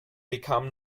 become